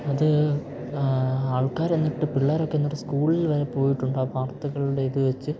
അത് ആൾക്കാരെന്നിട്ട് പിള്ളേരൊക്കെ എന്നിട്ട് സ്കൂളിൽ വരെ പോയിട്ടുണ്ട് ആ വാർത്തകളുടെ ഇത് വെച്ച്